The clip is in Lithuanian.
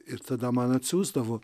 ir tada man atsiųsdavo